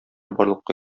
барлыкка